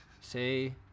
Say